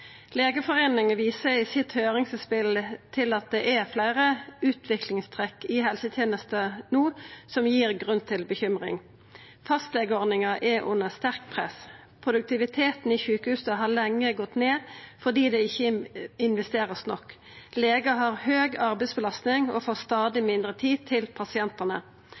Legeforeningen viser i høyringsinnspelet sitt til at det no er fleire utviklingstrekk i helsetenesta som gir grunn til bekymring. Fastlegeordninga er under sterkt press. Produktiviteten i sjukehusa har lenge gått ned fordi det ikkje vert investert nok. Legar har høg arbeidsbelastning og får stadig mindre tid til pasientane.